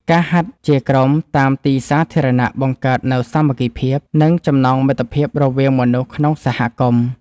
ការហាត់ជាក្រុមតាមទីសាធារណៈបង្កើតនូវសាមគ្គីភាព និងចំណងមិត្តភាពរវាងមនុស្សក្នុងសហគមន៍។